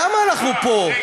למה אנחנו פה?